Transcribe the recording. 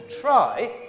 try